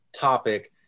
topic